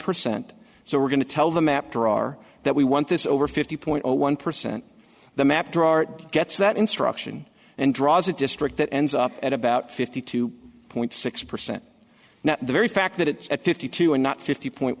percent so we're going to tell them after our that we want this over fifty point one percent the map drawn gets that instruction and draws a district that ends up at about fifty two point six percent now the very fact that it's at fifty two and not fifty point